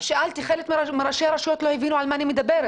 שאלתי חלק מראשי הרשויות והם לא הבינו על מה אני מדברת.